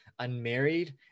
unmarried